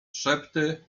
szepty